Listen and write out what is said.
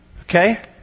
okay